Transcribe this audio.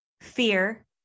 fear